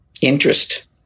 interest